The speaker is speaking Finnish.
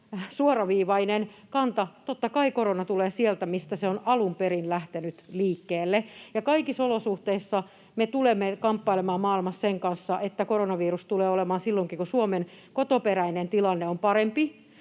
suoraviivainen kanta. Totta kai korona tulee sieltä, mistä se on alun perin lähtenyt liikkeelle, ja kaikissa olosuhteissa me tulemme kamppailemaan maailmassa sen kanssa, että koronavirus tulee olemaan silloinkin, kun Suomen kotoperäinen tilanne on parempi.